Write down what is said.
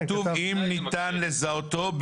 כתוב "אם ניתן לזהותו".